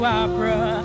opera